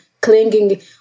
clinging